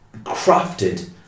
crafted